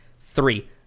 Three